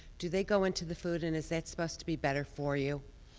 do they go into the food and is that supposed to be better for you?